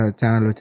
channel